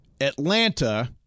Atlanta